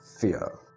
fear